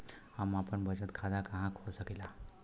हम आपन बचत खाता कहा खोल सकीला?